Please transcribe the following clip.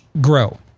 grow